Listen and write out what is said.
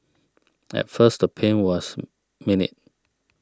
at first the pain was minute